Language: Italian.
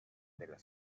della